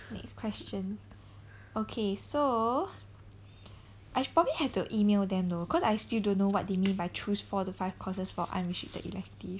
next question okay so I probably have to email them though cause I still don't know what they mean by choose four to five courses for unrestricted elective